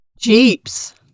Jeeps